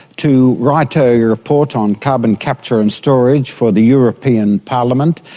to write a yeah report on carbon capture and storage for the european parliament.